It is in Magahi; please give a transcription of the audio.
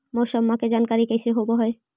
मौसमा के जानकारी कैसे होब है?